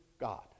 God